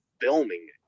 filming